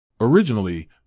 Originally